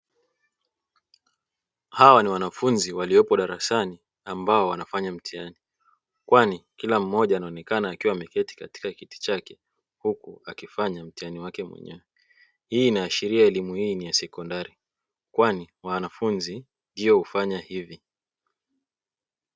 Hawa ni wanafunzi waliopo darasani ambao wanafanya mtihani kwani kila mmoja anaonekana ameketi katika kiti chake huku akifanya mtihani wake mwenyewe, hii inaashiria elimu hii ni ya sekondari kwani wanafunzi ndiyo hufanya hivi.